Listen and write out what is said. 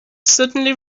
suddenly